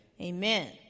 amen